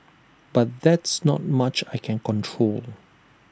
but there's not much I can control